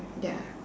ya